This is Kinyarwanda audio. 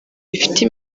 bifite